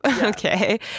okay